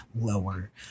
lower